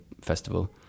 festival